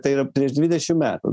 tai yra prieš dvidešim metų